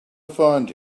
find